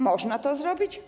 Można to zrobić?